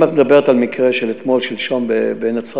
אם את מדברת על מקרה של אתמול-שלשום בנצרת